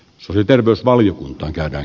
sally terveysvaliokuntaan käydään